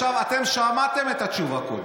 עכשיו, אתם שמעתם את התשובה קודם,